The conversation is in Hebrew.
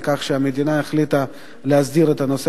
על כך שהמדינה החליטה להסדיר את הנושא